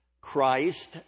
Christ